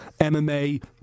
MMA